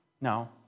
No